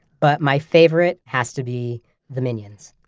but my favorite has to be the minions